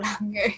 longer